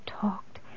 talked